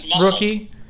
rookie